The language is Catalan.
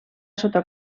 sota